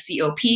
COP